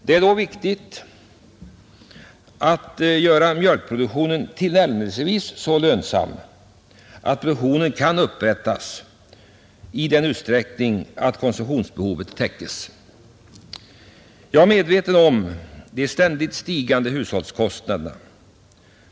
Det är då viktigt att göra mjölkproduktionen åtminstone tillnärmelsevis så lönsam att produktionen kan upprätthållas i sådan utsträckning att konsumtionsbehovet Jag är medveten om de ständigt stigande hushållskostnaderna.